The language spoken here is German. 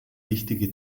wichtige